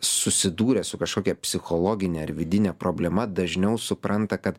susidūrę su kažkokia psichologine ar vidine problema dažniau supranta kad